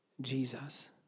Jesus